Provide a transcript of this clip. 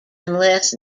unless